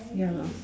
ya lor